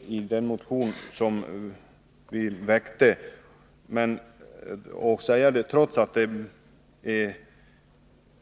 Jag ber om överseende för att jag redan nu går in på den saken. Äldrestödet skall ju tas upp i